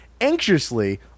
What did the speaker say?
anxiously